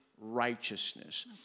righteousness